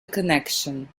connection